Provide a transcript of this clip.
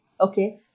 okay